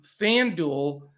FanDuel